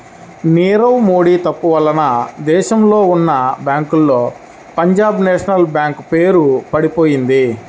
నీరవ్ మోడీ తప్పు వలన దేశంలో ఉన్నా బ్యేంకుల్లో పంజాబ్ నేషనల్ బ్యేంకు పేరు పడిపొయింది